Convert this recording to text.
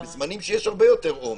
בזמנים שיש הרבה יותר עומס,